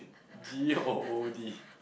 G O O D